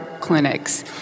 clinics